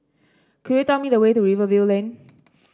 could you tell me the way to Rivervale Lane